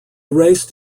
raced